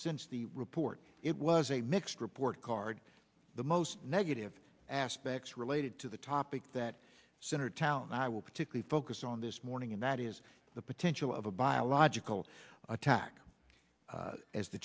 since the report it was a mixed report card the most negative aspects related to the topic that center town i will particular focus on this morning and that is the potential of a biological attack as the